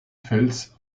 fels